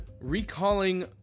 recalling